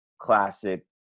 classic